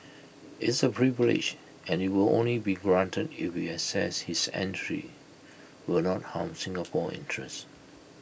it's A privilege and IT will only be granted if we assess his entry will not harm Singapore's interest